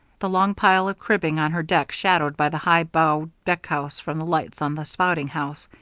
the long pile of cribbing on her deck shadowed by the high bow deckhouse from the lights on the spouting house.